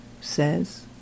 says